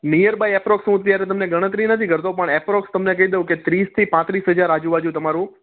near by approx હું અત્યારે તમને ગણતરી નથી કરતો પણ એપ્રોક્ષ તમને કહી દઉં કે ત્રીસથી પાંત્રીસ હજાર આજુબાજુ તમારું